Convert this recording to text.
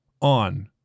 On